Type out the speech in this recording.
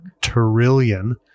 trillion